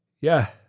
Yeah